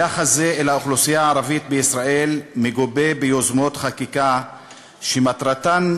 יחס זה אל האוכלוסייה הערבית בישראל מגובה ביוזמות חקיקה שמטרתן,